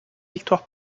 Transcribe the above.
victoire